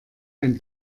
ein